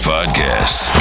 Podcast